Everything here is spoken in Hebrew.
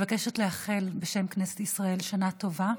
אני מבקשת לאחל, בשם כנסת ישראל, שנה טובה,